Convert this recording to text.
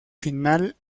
final